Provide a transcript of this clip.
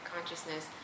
consciousness